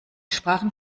sprachen